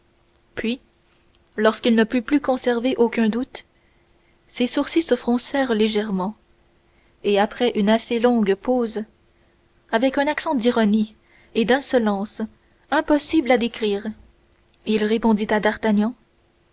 puis lorsqu'il ne put plus conserver aucun doute ses sourcils se froncèrent légèrement et après une assez longue pause avec un accent d'ironie et d'insolence impossible à décrire il répondit à d'artagnan